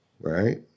Right